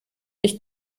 ich